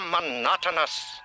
monotonous